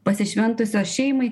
pasišventusios šeimai